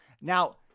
Now